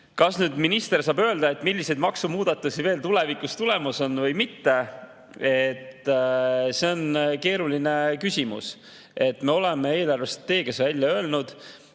Kas minister saab öelda, milliseid maksumuudatusi tulevikus veel tulemas on või mitte, see on keeruline küsimus. Me oleme eelarvestrateegias välja öelnud,